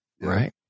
Right